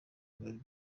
bwawe